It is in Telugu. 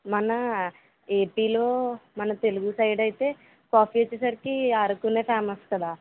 మన ఏపీలో మన తెలుగు సైడ్ అయితే కాఫీ వచ్చేసరికి అరకునే ఫేమస్ కదా